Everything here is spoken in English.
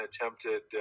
attempted